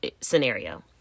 scenario